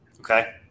Okay